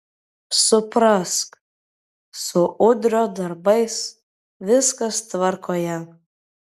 suprask su udrio darbais viskas tvarkoje